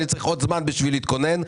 אני צריך עוד זמן בשביל להתכונן,